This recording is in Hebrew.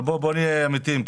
בוא נהיה אמיתיים.